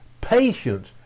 patience